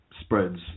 spreads